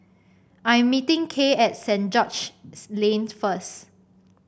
I am meeting Kay at Saint George's Lane first